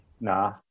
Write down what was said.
Nah